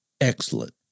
excellent